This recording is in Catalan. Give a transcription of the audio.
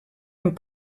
amb